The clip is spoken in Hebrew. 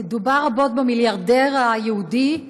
דובר רבות במיליארדר היהודי.